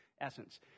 essence